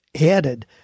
added